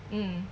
mm